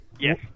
Yes